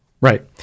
Right